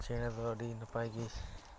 ᱪᱮᱬᱮ ᱫᱚ ᱟᱹᱰᱤ ᱱᱟᱯᱟᱭᱜᱮ